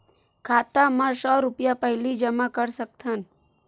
खाता मा सौ रुपिया पहिली जमा कर सकथन?